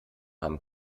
haben